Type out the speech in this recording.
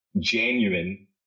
genuine